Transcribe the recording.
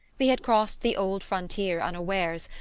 we had crossed the old frontier unawares,